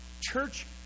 Church